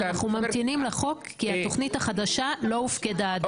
אנחנו ממתינים לחוק כי התוכנית החדשה לא הופקדה עדיין.